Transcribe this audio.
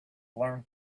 learned